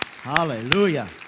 Hallelujah